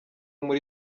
muri